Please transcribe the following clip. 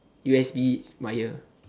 u_s_b wire